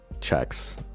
checks